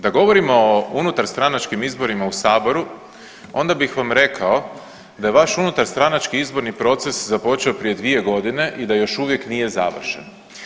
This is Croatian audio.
Da govorimo o unutarstranačkim izborima u saboru onda bih vam rekao da je vaš unutarstranački izborni proces započeo prije dvije godine i da još uvijek nije završen.